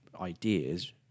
ideas